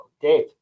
Dave